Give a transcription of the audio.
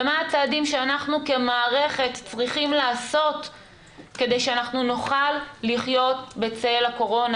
ומה הצעדים שאנחנו כמערכת צריכים לעשות כדי שנוכל לחיות בצל הקורונה,